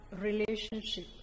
relationship